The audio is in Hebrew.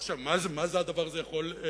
בעצם למה הדבר הזה יכול לגרום?